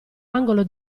angolo